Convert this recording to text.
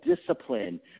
discipline